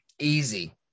Easy